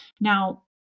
Now